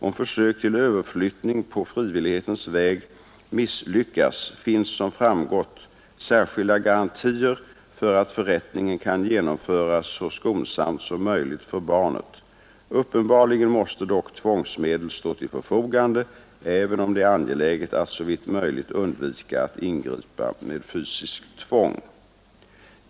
Om försök till överflyttning på frivillighetens väg misslyckas, finns som framgått särskilda garantier för att förrättningen kan genomföras så skonsamt som möjligt för barnet. Uppenbarligen måste dock tvångsmedel stå till förfogande även om det är angeläget att såvitt möjligt undvika att ingripa med fysiskt tvång.